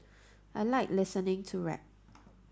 I like listening to rap